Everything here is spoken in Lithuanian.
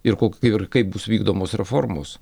ir ko ir kaip bus vykdomos reformos